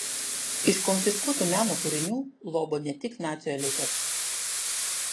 iš konfiskuotų meno kūrinių lobo ne tik nacių elitas